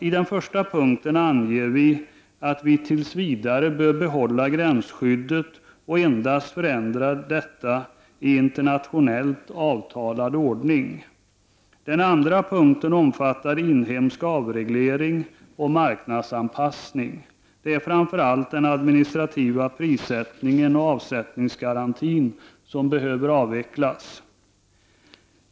I den första punkten anger vi att man tills vidare bör behålla gränsskyddet och endast förändra detta i internationellt avtalad ordning. Den andra punkten omfattar inhemsk avreglering och marknadsanpassning. Det är framför allt den administrativa prissättningen och avsättningsgarantin som behöver avvecklas.